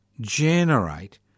generate